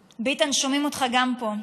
ביטן, שומעים אותך גם פה.